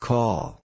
Call